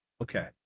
Okay